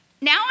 Now